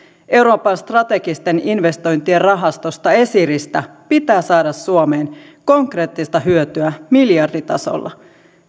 euroopan strategisten investointien rahastosta esiristä pitää saada suomeen konkreettista hyötyä miljarditasolla